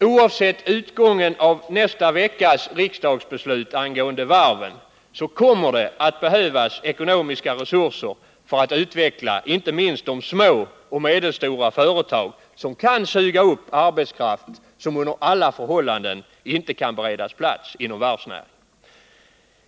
Oavsett utgången av nästa veckas riksdagsbeslut angående varven kommer det att behövas ekonomiska resurser för att utveckla inte minst de små och medelstora företag som kan suga upp den arbetskraft som under alla förhållanden inte kan beredas plats inom varvsnäringen.